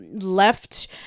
left